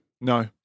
No